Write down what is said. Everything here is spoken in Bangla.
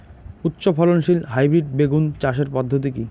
উচ্চ ফলনশীল হাইব্রিড বেগুন চাষের পদ্ধতি কী?